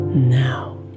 Now